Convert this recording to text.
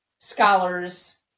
scholars